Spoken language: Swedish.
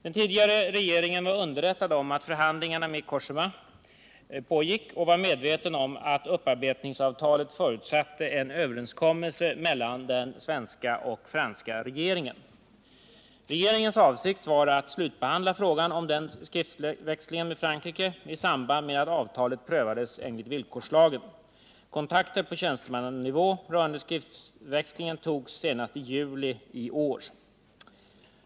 Den tidigare regeringen var underrättad om förhandlingarna med Cogéma och var medveten om att upparbetningsavtalet förutsatte en överenskommelse mellan den svenska och den franska regeringen. Regeringens avsikt var att slutbehandla frågan om skriftväxlingen med Frankrike i samband med att avtalet prövades enligt villkorslagen. Kontakter på tjänstemannanivå rörande skriftväxlingen togs senast i juli i år.